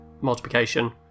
multiplication